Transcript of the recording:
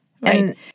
Right